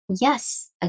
Yes